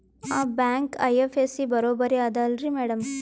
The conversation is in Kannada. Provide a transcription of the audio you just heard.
ಆ ಬ್ಯಾಂಕ ಐ.ಎಫ್.ಎಸ್.ಸಿ ಬರೊಬರಿ ಅದಲಾರಿ ಮ್ಯಾಡಂ?